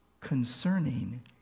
concerning